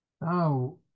Now